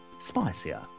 spicier